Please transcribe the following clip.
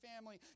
family